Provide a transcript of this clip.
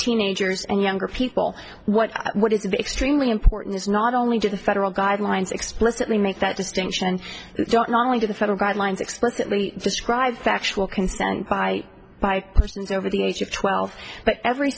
teenagers and younger people what what is it extremely important is not only does the federal guidelines explicitly make that distinction not only do the federal guidelines explicitly described sexual consent by by persons over the age of twelve but every